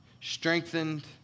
strengthened